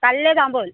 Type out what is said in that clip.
কালিলৈ যাওঁ ব'ল